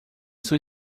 sua